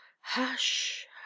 Hush